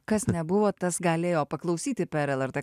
kas nebuvo tas galėjo paklausyti per lrt